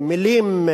מלים,